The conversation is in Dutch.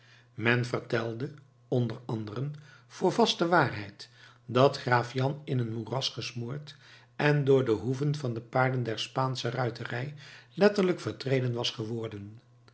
men vertelde onder anderen voor vaste waarheid dat graaf jan in een moeras gesmoord en door de hoeven van de paarden der spaansche ruiterij letterlijk vertreden was geworden